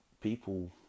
people